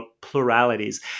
pluralities